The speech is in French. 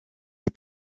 des